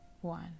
one